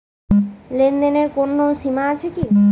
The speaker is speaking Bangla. লেনদেনের কোনো সীমা আছে কি?